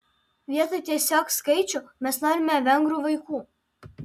vietoj tiesiog skaičių mes norime vengrų vaikų